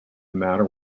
matter